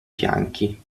fianchi